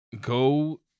Go